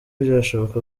byashoboka